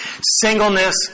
Singleness